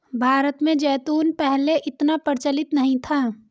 भारत में जैतून पहले इतना प्रचलित नहीं था